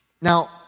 Now